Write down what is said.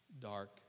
dark